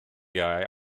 guy